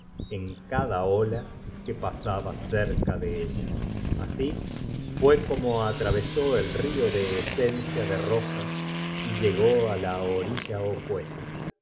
en cada ola que pasaba cerca de ella así fuó cotr o atravesó el río de esencia de rosas y llegó á la orilla opuesta